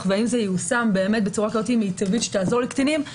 והאם זה ייושם בצורה מיטבית שתעזור לקטינים.